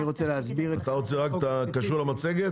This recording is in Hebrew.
אני רוצה להסביר --- אתה רוצה רק קשור למצגת?